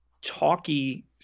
talky